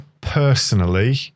personally